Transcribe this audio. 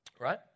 right